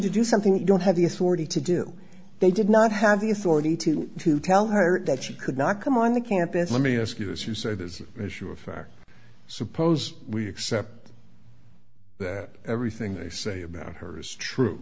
to do something you don't have the authority to do they did not have the authority to to tell her that she could not come on the campus let me ask you as you said is an issue of fact i suppose we accept that everything they say about her is true